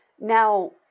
Now